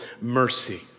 mercy